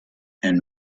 and